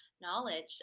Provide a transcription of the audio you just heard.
knowledge